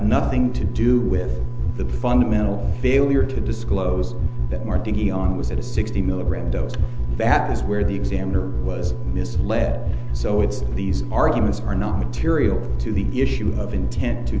nothing to do with the fundamental failure to disclose that more thinking on was at sixty milligram dose back where the examiner was misled so it's these arguments are not material to the issue of intent to